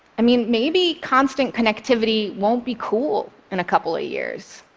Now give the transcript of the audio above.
i mean, maybe constant connectivity won't be cool in a couple of years.